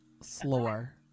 slower